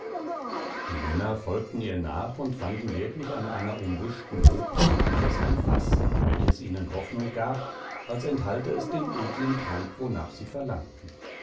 die männer folgten ihr nach und fanden wirklich an einer umbüschten bucht des ufers ein faß welches ihnen hoffnung gab als enthalte es den edlen trank wonach sie verlangten